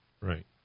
Right